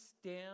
stand